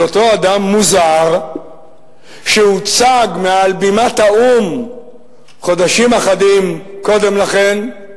אותו אדם מוזר שהוצג מעל בימת האו"ם חודשים אחדים קודם לכן,